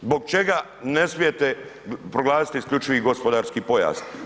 Zbog čega ne smijete proglasiti isključivi gospodarski pojas?